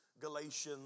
Galatians